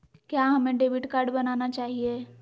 क्या हमें debit card बनाना चाहिए?